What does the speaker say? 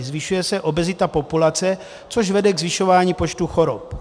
Zvyšuje se obezita populace, což vede ke zvyšování počtu chorob.